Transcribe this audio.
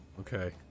Okay